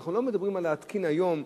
אנחנו לא מדברים על להתקין היום,